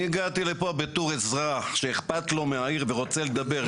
אני הגעתי לפה בתור אזרח שאכפת לו מהעיר ורוצה לדבר.